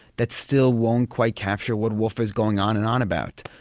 that still won't quite capture what woolf is going on and on about.